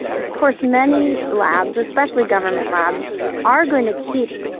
of course, many labs, especially government labs, are going to keep